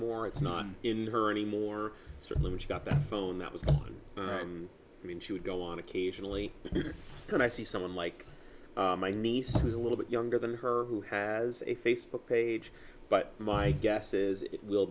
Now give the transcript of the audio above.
more it's not in her anymore certainly when she got that phone that was i mean she would go on occasionally when i see someone like my niece is a little bit younger than her who has a facebook page but my guess is it will